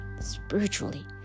spiritually